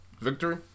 Victory